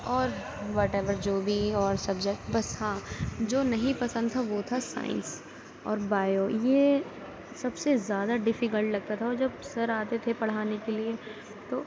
اور واٹیور جو بھی اور سبجیکٹ بس ہاں جو نہیں پسند تھا وہ تھا سائنس اور بایو یہ سب سے زیادہ ڈفیکل لگتا تھا اور جب سر آتے تھے پڑھانے کے لیے تو